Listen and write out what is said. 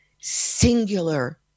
singular